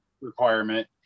requirement